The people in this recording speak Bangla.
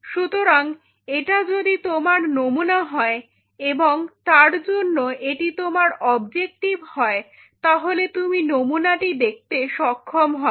সুতরাং এটা যদি তোমার নমুনা হয় এবং তার জন্য এটি তোমার অবজেক্টিভ হয় তাহলে তুমি নমুনাটি দেখতে সক্ষম হবে